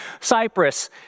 Cyprus